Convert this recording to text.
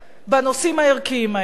בנושאים הערכיים האלה.